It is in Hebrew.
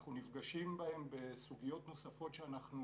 אנחנו נפגשים בהם בסוגיות נוספות שאנחנו